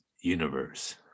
universe